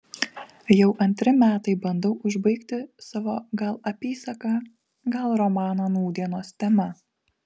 jau antri metai bandau užbaigti savo gal apysaką gal romaną nūdienos tema